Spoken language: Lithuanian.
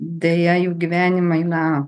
deja jų gyvenimai na